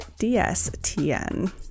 dstn